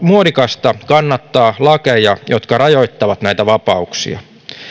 muodikasta kannattaa lakeja jotka rajoittavat näitä vapauksia